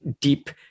deep